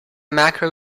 macro